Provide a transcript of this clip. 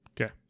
Okay